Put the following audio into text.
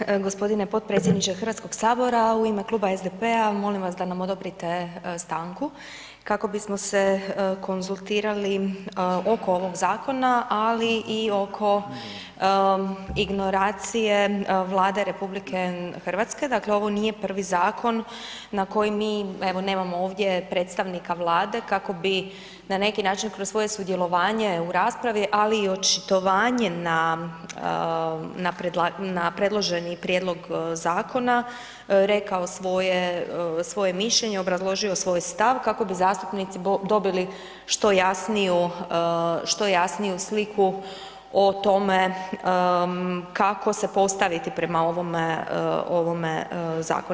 Jesam gospodine potpredsjedniče Hrvatskog sabora u ime Kluba SDP-a molim vas da nam odobrite stranku kako bismo se konzultirali oko ovog zakona, ali i oko ignoracije Vlade RH, dakle ovo nije prvi zakon na koji mi evo nemamo ovdje predstavnika Vlade kako bi na neki način kroz svoje sudjelovanje u raspravi, ali i očitovanje na, na predloženi prijedlog zakona rekao svoje mišljenje, obrazložio svoj stav kako bi zastupnici dobili što jasniju, što jasniju sliku o tome kako se postaviti prema ovome zakonu.